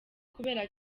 kubera